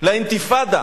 לאינתיפאדה